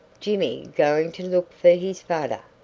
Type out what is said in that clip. jimmy going to look for his fader.